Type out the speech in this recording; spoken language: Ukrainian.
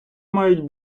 мають